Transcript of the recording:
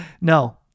No